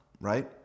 right